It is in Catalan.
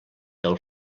del